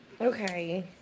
Okay